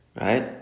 Right